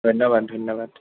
ধন্যবাদ ধন্যবাদ